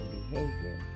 behavior